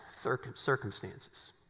circumstances